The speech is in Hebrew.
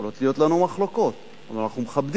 יכולות להיות לנו מחלוקות, אבל אנחנו מכבדים.